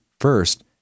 first